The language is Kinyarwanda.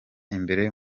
imbere